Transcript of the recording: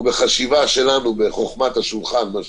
ובחשיבה שלנו בחוכמת השולחן מה שנקרא,